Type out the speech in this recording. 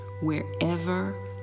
wherever